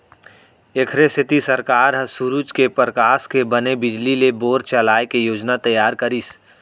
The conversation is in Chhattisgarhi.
एखरे सेती सरकार ह सूरूज के परकास के बने बिजली ले बोर चलाए के योजना तइयार करिस